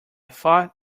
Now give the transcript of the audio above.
thought